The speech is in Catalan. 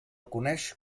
coneix